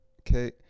okay